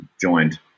joined